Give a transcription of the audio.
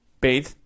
bathe